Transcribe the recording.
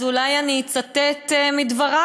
אז אולי אני אצטט מדבריו.